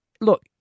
look